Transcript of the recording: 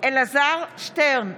אלעזר שטרן,